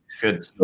Good